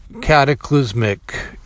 cataclysmic